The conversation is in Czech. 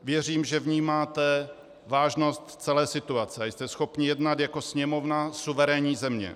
Věřím, že vnímáte vážnost celé situace a jste schopni jednat jako Sněmovna suverénní země.